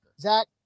Zach